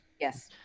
Yes